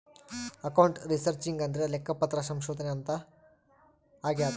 account researching ಅಂದ್ರೆ ಲೆಕ್ಕಪತ್ರ ಸಂಶೋಧನೆ ಅಂತಾರ ಆಗ್ಯದ